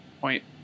point